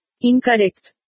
Incorrect